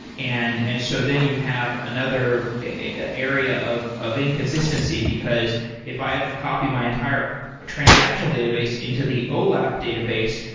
and and so then you have another area of of inconsistency, because if i have to copy my entire transactional database into the olap database,